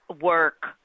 work